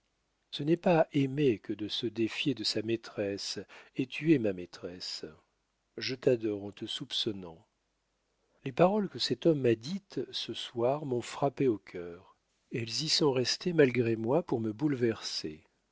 ce n'est pas aimer que de se défier de sa maîtresse et tu es ma maîtresse je t'adore en te soupçonnant les paroles que cet homme m'a dites ce soir m'ont frappé au cœur elles y sont restées malgré moi pour me bouleverser